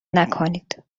نکنید